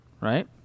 right